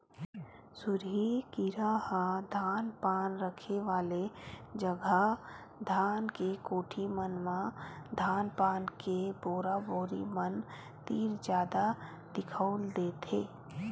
सुरही कीरा ह धान पान रखे वाले जगा धान के कोठी मन म धान पान के बोरा बोरी मन तीर जादा दिखउल देथे